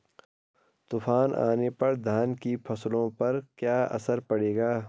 तूफान आने पर धान की फसलों पर क्या असर पड़ेगा?